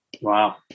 Wow